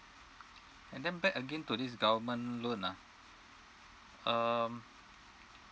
and then back again to this government loan ah um